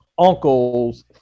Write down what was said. Uncle's